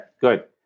good